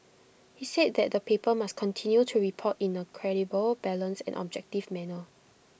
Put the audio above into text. he said that the paper must continue to report in A credible balanced and objective manner